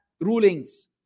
rulings